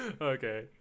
Okay